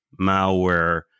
malware